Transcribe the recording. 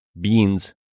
beans